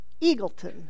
Eagleton